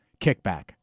kickback